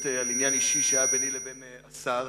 לעניין אישי שהיה ביני לבין השר.